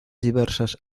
diversas